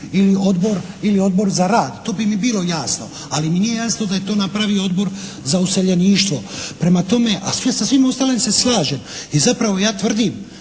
ili Odbor za rad. To bi mi bilo jasno. Ali mi nije jasno da je to napravio Odbor za useljeništvo. Prema tome, a sa svim ostalim se slažem. I zapravo ja tvrdim